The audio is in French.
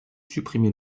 supprimez